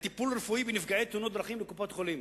לטיפול רפואי בנפגעי תאונות דרכים לקופות-החולים.